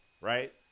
right